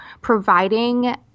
providing